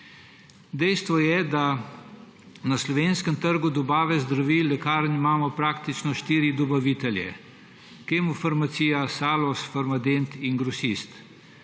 Dejstvo je, da imamo na slovenskem trgu dobave zdravil lekarnam praktično štiri dobavitelje Kemofarmacija, Salus, Farmadent in Grosist.